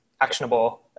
actionable